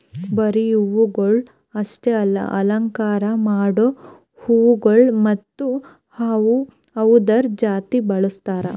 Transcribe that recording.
ಬರೀ ಹೂವುಗೊಳ್ ಅಷ್ಟೆ ಅಲ್ಲಾ ಅಲಂಕಾರ ಮಾಡೋ ಹೂಗೊಳ್ ಮತ್ತ ಅವ್ದುರದ್ ಜಾತಿ ಬೆಳಸದ್